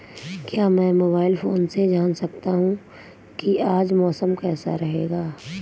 क्या मैं mobile phone से जान सकता हूँ कि आज मौसम कैसा रहेगा?